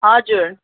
हजुर